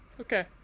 okay